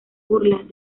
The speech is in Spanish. burlas